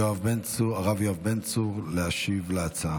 הרב יואב בן צור, להשיב על ההצעה.